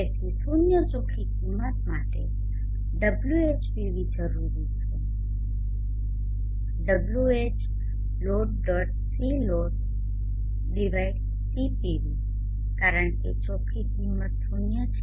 તેથી શૂન્ય ચોખ્ખી કિંમત માટે Whpv જરૂરી છે CPV કારણ કે ચોખ્ખી કિમત શૂન્ય છે